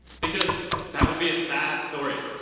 because that would be a sad story.